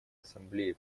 ассамблеи